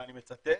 ואני מצטט